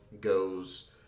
goes